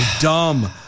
dumb